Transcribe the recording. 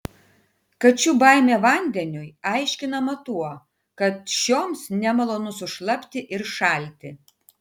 kačių baimė vandeniui aiškinama tuo kad šioms nemalonu sušlapti ir šalti